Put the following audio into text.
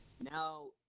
now